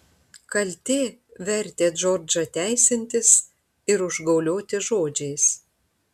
kaltė vertė džordžą teisintis ir užgaulioti žodžiais